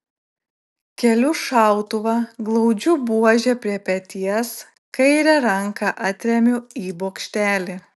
keliu šautuvą glaudžiu buožę prie peties kairę ranką atremiu į bokštelį